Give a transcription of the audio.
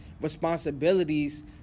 responsibilities